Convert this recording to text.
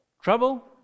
Trouble